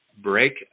break